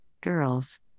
girls